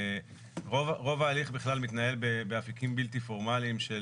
ורוב ההליך מתנהל בכלל באפיקים בלתי-פורמליים של